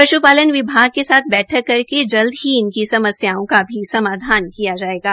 पश् पालन विभाग के साथ बैठक कर जल्द ही इनकी समस्याओ का भी समाधान किया जायेगा